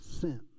Sin